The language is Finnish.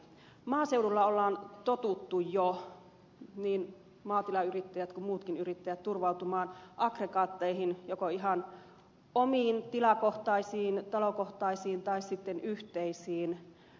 maaseudulla niin maatilayrittäjät kuin muutkin yrittäjät ovat jo tottuneet turvautumaan aggregaatteihin joko ihan omiin tilakohtaisiin talokohtaisiin tai sitten yhteisiin